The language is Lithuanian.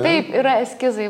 taip yra eskizai